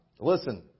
listen